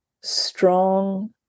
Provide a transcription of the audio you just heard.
strong